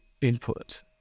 input